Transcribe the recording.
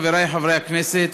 חברי חברי הכנסת,